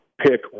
pick